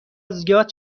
زیاد